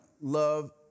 love